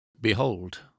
Behold